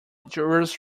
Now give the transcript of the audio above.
jurors